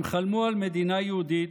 הם חלמו על מדינה יהודית,